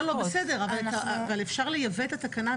--- בסדר, אבל אפשר לייבא את התקנה.